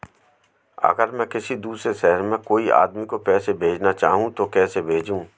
अगर मैं किसी दूसरे शहर में कोई आदमी को पैसे भेजना चाहूँ तो कैसे भेजूँ?